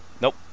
Nope